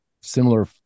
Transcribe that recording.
similar